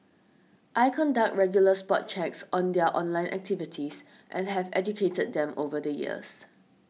I conduct regular spot checks on their online activities and have educated them over the years